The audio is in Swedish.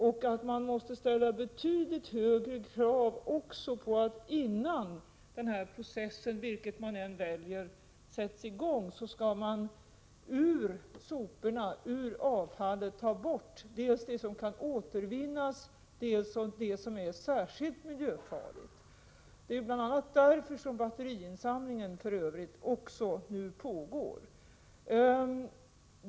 Dessutom måste man ställa betydligt högre krav också i ett annat avseende: Innan den här processen — vilket alternativ man nu än väljer — sätts i gång skall man ur soporna, ur avfallet, ta bort dels det som kan återvinnas, dels det som är särskilt miljöfarligt. Det är ju bl.a. därför som det nu pågår en batteriinsamling.